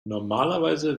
normalerweise